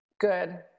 good